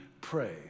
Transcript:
pray